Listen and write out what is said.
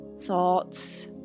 thoughts